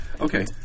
Okay